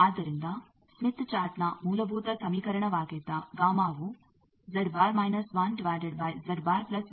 ಆದ್ದರಿಂದ ಸ್ಮಿತ್ ಚಾರ್ಟ್ನ ಮೂಲಭೂತ ಸಮೀಕರಣವಾಗಿದ್ದ ಗಾಮಾ ವು ಗೆ ಸಮಾನವಾಗಿರುತ್ತದೆ